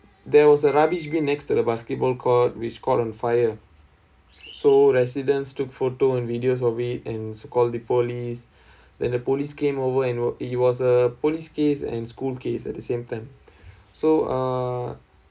there was a rubbish bin next to the basketball court which caught on fire so residents took photo and videos of it and so called the police than the police came over and it was a police case and school case at the same time so uh